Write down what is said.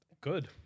Good